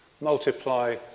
multiply